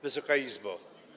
Wysoka Izbo!